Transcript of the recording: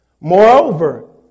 Moreover